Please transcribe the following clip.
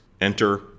Enter